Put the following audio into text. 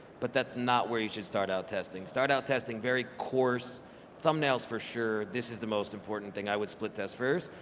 but that's not where you should start out testing. start out testing very coarse thumbnails for sure, this is the most important thing i would split test first,